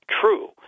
true